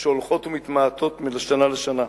והן הולכות ומתמעטות משנה לשנה.